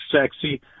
sexy